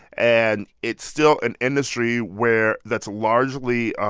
and it's still an industry where that's largely